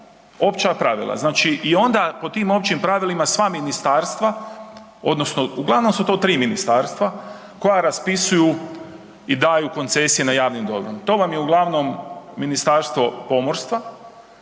opća pravila znači. I onda pod tim općim pravilima sva ministarstva, odnosno, uglavnom su to 3 ministarstva koja raspisuju i daju koncesije na javnim dobrom. To vam je uglavnom Ministarstvo pomorstva,